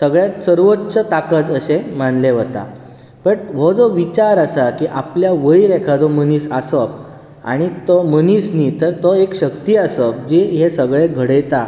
सगळ्यांत सर्वोच्च ताकत अशें मानलें वता बट हो जो विचार आसा की आपल्या वयर एकादो मनीस आसप आनी तो मनीस न्ही तर तो एक शक्ती आसप जी हें सगळें घडयता